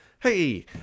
Hey